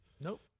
Nope